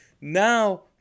now